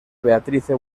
beatrice